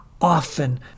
often